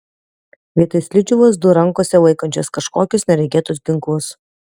vietoj slidžių lazdų rankose laikančios kažkokius neregėtus ginklus